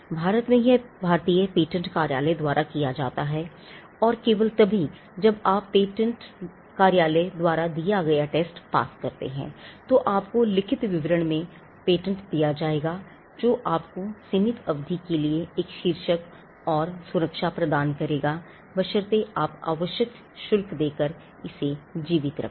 भारत में यह भारतीय पेटेंट कार्यालय द्वारा किया जाता है और केवल तभी जब आप भारतीय पेटेंट कार्यालय द्वारा दिया गया test पास करते हैं तो आपको लिखित विवरण में आपको पेटेंट दिया जाएगा जो आपको सीमित अवधि के लिए एक शीर्षक और सुरक्षा प्रदान करेगा बशर्ते आप आवश्यक शुल्क देकर इसे जीवित रखें